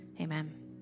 Amen